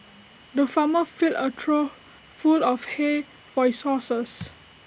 the farmer filled A trough full of hay for his horses